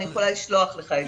אני יכולה לשלוח לך את זה.